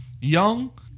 young